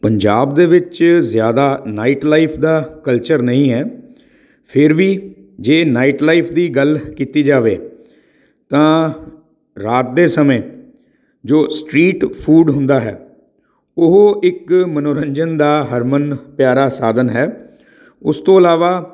ਪੰਜਾਬ ਦੇ ਵਿੱਚ ਜ਼ਿਆਦਾ ਨਾਈਟ ਲਾਈਫ ਦਾ ਕਲਚਰ ਨਹੀਂ ਹੈ ਫਿਰ ਵੀ ਜੇ ਨਾਈਟ ਲਾਈਫ ਦੀ ਗੱਲ ਕੀਤੀ ਜਾਵੇ ਤਾਂ ਰਾਤ ਦੇ ਸਮੇਂ ਜੋ ਸਟਰੀਟ ਫੂਡ ਹੁੰਦਾ ਹੈ ਉਹ ਇੱਕ ਮਨੋਰੰਜਨ ਦਾ ਹਰਮਨ ਪਿਆਰਾ ਸਾਧਨ ਹੈ ਉਸ ਤੋਂ ਇਲਾਵਾ